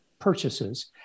purchases